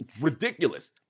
ridiculous